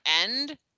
end